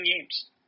games